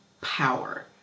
power